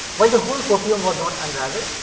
while the whole proteome was not unraveled,